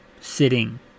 sitting